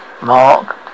Mark